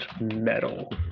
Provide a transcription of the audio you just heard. metal